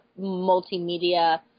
multimedia